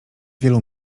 wielu